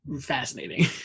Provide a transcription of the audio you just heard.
fascinating